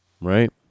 Right